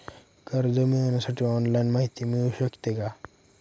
कर्ज मिळविण्यासाठी ऑनलाईन माहिती मिळू शकते का?